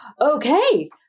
okay